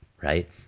right